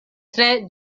tre